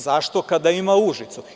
Zašto, kada ima u Užicu.